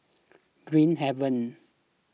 Green Haven